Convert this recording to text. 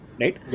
right